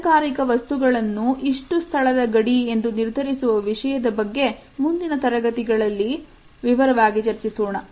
ಅಲಂಕಾರಿಕ ವಸ್ತುಗಳನ್ನು ಇಷ್ಟು ಸ್ಥಳದ ಗಡಿಯನ್ನು ನಿರ್ಧರಿಸುವ ವಿಷಯದ ಬಗ್ಗೆ ಮುಂದಿನ ತರಗತಿಗಳಲ್ಲಿ ವಿವರವಾಗಿ ಚರ್ಚಿಸೋಣ